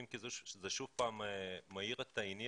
אם כי זה שוב מאיר את העניין